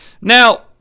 Now